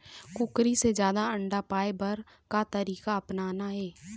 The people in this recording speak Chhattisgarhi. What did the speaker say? कुकरी से जादा अंडा पाय बर का तरीका अपनाना ये?